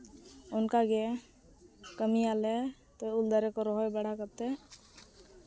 ᱚᱱᱠᱟᱜᱮ ᱠᱟᱹᱢᱤᱭᱟᱞᱮ ᱩᱞ ᱫᱟᱨᱮ ᱠᱚ ᱨᱚᱦᱚᱭ ᱵᱟᱲᱟ ᱠᱟᱛᱮᱫ